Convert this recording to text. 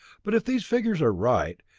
but if these figures are right,